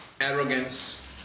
arrogance